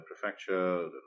Prefecture